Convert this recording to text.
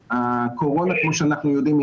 והקורונה כמו שאנחנו יודעים,